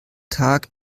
tag